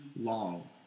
long